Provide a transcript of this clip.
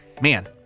man